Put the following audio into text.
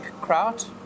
kraut